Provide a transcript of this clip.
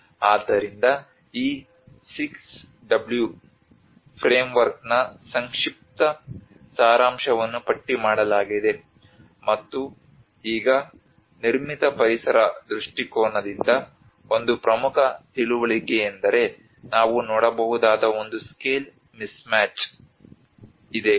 ಆದ್ದರಿಂದ ಈ 6w ಫ್ರೇಮ್ವರ್ಕ್ನ ಸಂಕ್ಷಿಪ್ತ ಸಾರಾಂಶವನ್ನು ಪಟ್ಟಿ ಮಾಡಲಾಗಿದೆ ಮತ್ತು ಈಗ ನಿರ್ಮಿತ ಪರಿಸರ ದೃಷ್ಟಿಕೋನದಿಂದ ಒಂದು ಪ್ರಮುಖ ತಿಳುವಳಿಕೆಯೆಂದರೆ ನಾವು ನೋಡಬಹುದಾದ ಒಂದು ಸ್ಕೇಲ್ ಮಿಸ್ಮ್ಯಾಚ್ಸ್ ಇದೆ